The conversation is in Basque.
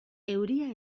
euria